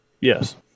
Yes